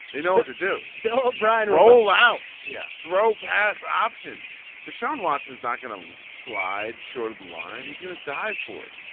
they know what to do. bill o'brien roll out. yeah. throw pass option to sean watts is not going to slide. sure the line he's going to die for it.